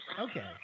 Okay